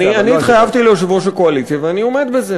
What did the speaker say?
אני התחייבתי ליושב-ראש הקואליציה ואני עומד בזה,